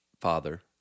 Father